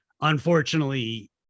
unfortunately